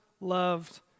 loved